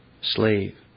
slave